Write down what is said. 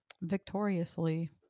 victoriously